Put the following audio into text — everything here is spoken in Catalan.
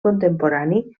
contemporani